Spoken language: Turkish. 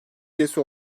üyesi